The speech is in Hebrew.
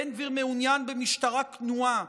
בן גביר מעוניין במשטרה כנועה,